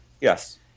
Yes